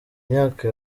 myaka